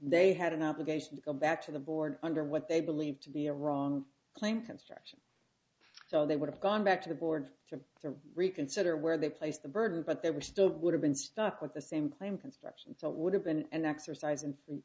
they had an obligation to go back to the board under what they believed to be a wrong claim construction so they would have gone back to the board to reconsider where they place the burden but they were still would have been stuck with the same claim construction so it would have been an exercise